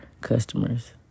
customers